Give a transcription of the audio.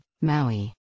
Maui